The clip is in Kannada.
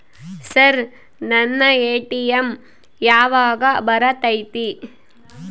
ಸರ್ ನನ್ನ ಎ.ಟಿ.ಎಂ ಯಾವಾಗ ಬರತೈತಿ?